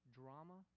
drama